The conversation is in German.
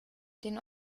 den